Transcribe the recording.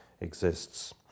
exists